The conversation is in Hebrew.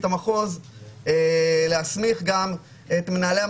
המחוז להסמיך גם את מנהלי המחלקות,